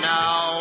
now